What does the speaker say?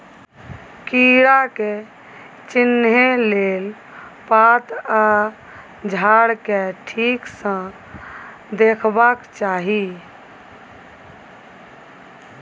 कीड़ा के चिन्हे लेल पात आ झाड़ केँ ठीक सँ देखबाक चाहीं